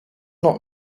not